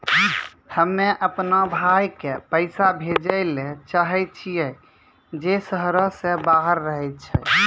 हम्मे अपनो भाय के पैसा भेजै ले चाहै छियै जे शहरो से बाहर रहै छै